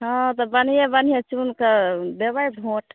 हँ तऽ बढ़िएँ बढ़िएँ चुनिकऽ देबै भोट